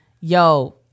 yo